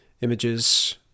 Images